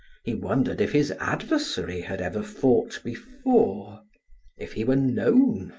he wondered if his adversary had ever fought before if he were known?